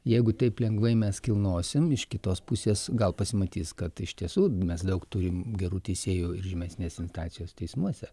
jeigu taip lengvai mes kilnosime iš kitos pusės gal pasimatys kad iš tiesų mes daug turime gerų teisėjų ir žemesnės instancijos teismuose